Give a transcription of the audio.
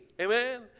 Amen